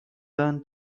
learn